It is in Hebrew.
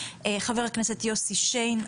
חבר הכנסת יוסי שיין,